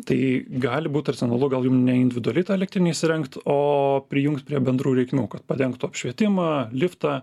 tai gali būt racionalu gal jum ne individualiai tą elektrinę įsirengt o prijungt prie bendrų reikmių kad padengtų apšvietimą liftą